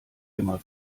immer